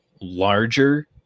larger